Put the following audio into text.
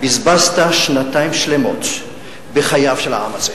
בזבזת שנתיים שלמות בחייו של העם הזה,